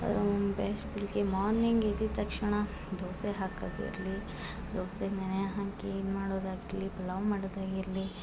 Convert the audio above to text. ಬೆಳಗ್ಗೆ ಮಾರ್ನಿಂಗ್ ಎದ್ದಿದ ತಕ್ಷಣ ದೋಸೆ ಹಾಕದು ಇರಲಿ ದೋಸೆಗೆ ನೆನೆ ಹಾಕಿ ಇದು ಮಾಡೋದಾಗಲಿ ಪುಲಾವ್ ಮಾಡೊದಾಗಿರಲಿ